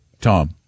Tom